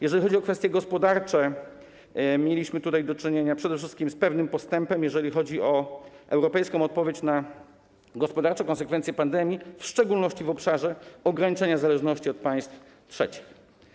Jeżeli chodzi o kwestie gospodarcze, mieliśmy do czynienia przede wszystkim z pewnym postępem, jeżeli chodzi o europejską odpowiedź na gospodarcze konsekwencje pandemii, w szczególności w obszarze ograniczenia zależności od państw trzecich.